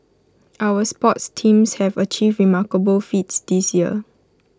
our sports teams have achieved remarkable feats this year